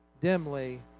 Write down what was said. dimly